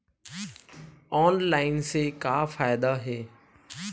Online से का फ़ायदा हे?